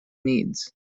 needs